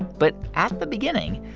but at the beginning,